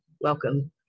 Welcome